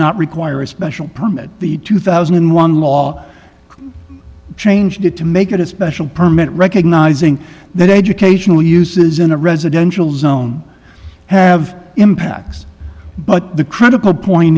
not require a special permit the two thousand and one law changed it to make it a special permit recognizing that educational uses in a residential zone have impacts but the critical point